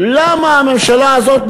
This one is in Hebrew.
למה הממשלה הזאת,